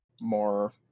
More